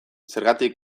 zergatik